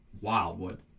Wildwood